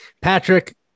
Patrick